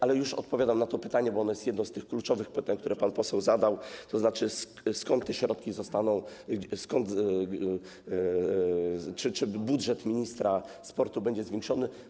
Ale już odpowiadam na to pytanie, bo ono jest jednym z kluczowych pytań, które pan poseł zadał, to znaczy, skąd te środki, skąd budżet ministra sportu będzie zwiększony.